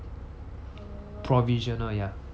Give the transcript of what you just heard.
provisional ya